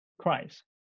Christ